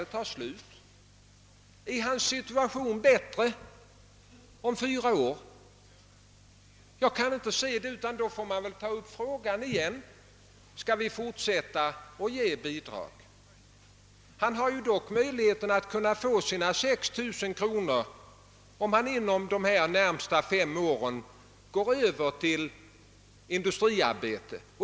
Men är hans situation bättre om fyra år? Jag kan inte se det. Då får vi ta upp frågan om han även i fortsättningen skall ha bidrag. Men han erhåller ett belopp på 6 000 kronor, om han inom de närmaste fem åren går över till industriarbete.